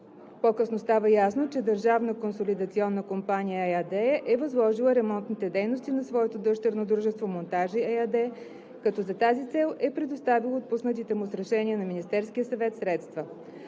По-късно става ясно, че „Държавна консолидационна компания“ ЕАД е възложила ремонтните дейности на своето дъщерно дружество „Монтажи“ ЕАД, като за тази цел е предоставило отпуснатите му с решението на Министерския съвет средства.